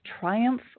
triumph